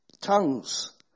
Tongues